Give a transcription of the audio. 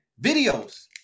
videos